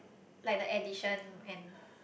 like the addition and